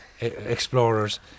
explorers